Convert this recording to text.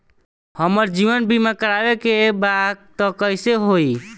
हमार जीवन बीमा करवावे के बा त कैसे होई?